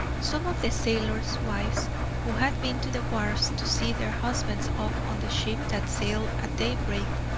some of the sailors' wives who had been to the wharves to see their husbands off on the ship that sailed at daybreak,